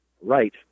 right